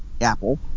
Apple